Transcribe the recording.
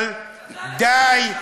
אבל די.